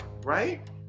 right